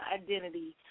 identity